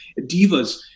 divas